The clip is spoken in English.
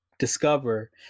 Discover